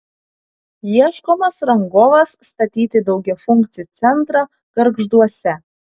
ieškomas rangovas statyti daugiafunkcį centrą gargžduose